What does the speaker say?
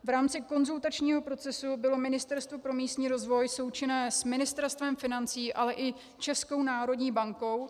V rámci konzultačního procesu bylo Ministerstvo pro místní rozvoj součinné s Ministerstvem financí, ale i Českou národní bankou.